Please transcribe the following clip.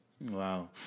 Wow